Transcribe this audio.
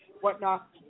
whatnot